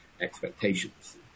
expectations